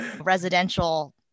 residential